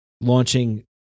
launching